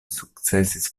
sukcesis